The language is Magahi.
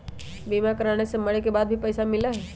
बीमा कराने से मरे के बाद भी पईसा मिलहई?